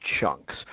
chunks